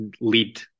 lead